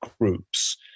groups